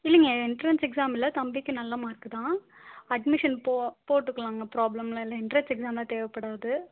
இல்லைங்க entrance exam இல்லை தம்பிக்கு நல்ல மார்க்கு தான் அட்மிஷன் போட்டுக்கலாம்ங்க ப்ராப்ளம்லாம் இல்லை என்ட்ரன்ஸ் எக்ஸாம்லாம் தேவைப்படாது